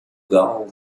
gold